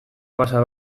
pasa